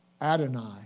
Adonai